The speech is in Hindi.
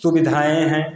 सुविधाएँ हैं